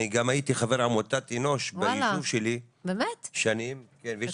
אני גם הייתי חבר עמותת אנוש ביישוב שלי שנים ויש